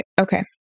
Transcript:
Okay